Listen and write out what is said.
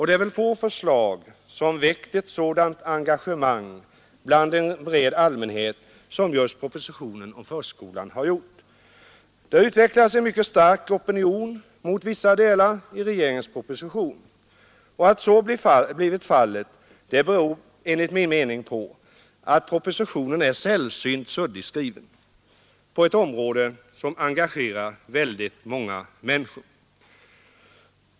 Det är väl få förslag som väckt ett sådant engagemang hos en bred allmänhet som just propositionen om förskolan. Det har utvecklats en mycket stark opinion mot vissa delar av regeringens proposition, och att så blivit fallet beror enligt min mening på att propositionen är sällsynt suddigt skriven, på ett område som engagerar väldigt många människor.